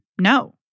no